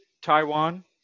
Taiwan